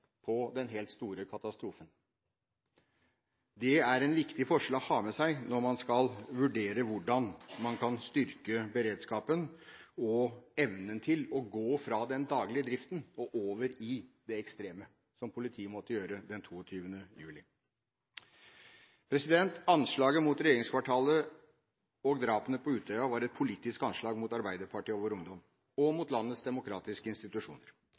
på den helt store katastrofen. Det er en viktig forskjell å ha med seg når man skal vurdere hvordan man kan styrke beredskapen og evnen til å gå fra den daglige driften og over i det ekstreme, som politiet måtte gjøre den 22. juli. Anslaget mot regjeringskvartalet og drapene på Utøya var et politisk anslag mot Arbeiderpartiet og vår ungdom, og mot landets demokratiske institusjoner.